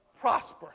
prosper